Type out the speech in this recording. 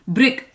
Brick